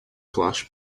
clash